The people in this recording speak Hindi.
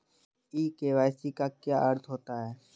ई के.वाई.सी का क्या अर्थ होता है?